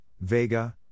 Vega